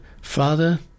Father